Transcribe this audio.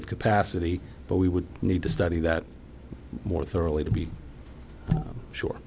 of capacity but we would need to study that more thoroughly to be sure